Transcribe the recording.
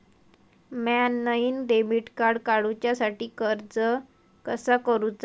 म्या नईन debit card काडुच्या साठी अर्ज कसा करूचा?